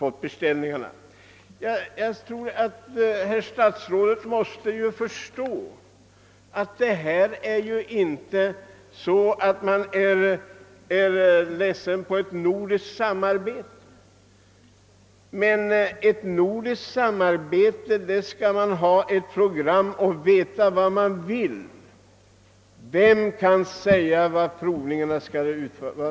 Herr statsrådet måste förstå att min ståndpunkt inte beror på att jag är emot ett nordiskt samarbete. Men när det gäller nordiskt samarbete skall man ha ett program och veta vad man vill. Vem kan säga vad man skall utröna genom provningarna?